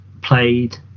played